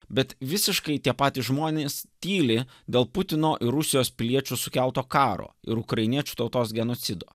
bet visiškai tie patys žmonės tyli dėl putino ir rusijos piliečių sukelto karo ir ukrainiečių tautos genocido